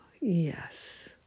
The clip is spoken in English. yes